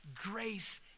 grace